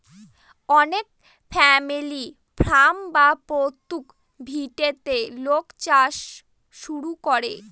অনেক family farm বা পৈতৃক ভিটেতে লোক চাষ শুরু করে